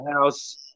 House